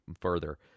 further